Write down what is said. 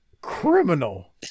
criminal